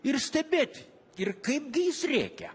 ir stebėt ir kaip gi jis rėkia